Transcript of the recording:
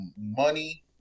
money